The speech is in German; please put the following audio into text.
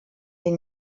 die